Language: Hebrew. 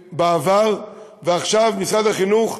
בעבר, ועכשיו משרד החינוך,